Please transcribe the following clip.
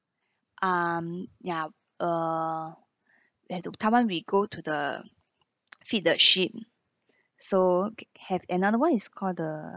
um ya err we had to taiwan we go to the feed the sheep so have another [one] is called the